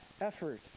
effort